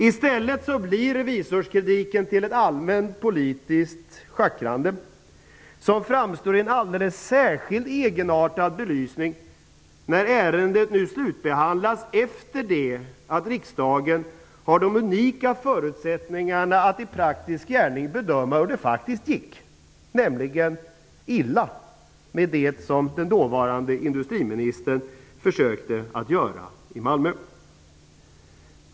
I stället blir revisorskritiken ett allmänt politiskt schackrande, som framstår i en alldeles särskilt egenartad belysning när nu ärendet slutbehandlas efter det att riksdagen fått de unika förutsättningarna för att i praktisk gärning bedöma hur det faktiskt gick, nämligen illa, med det som den dåvarande industriministern försökte göra i Malmö.